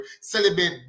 celebrate